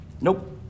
nope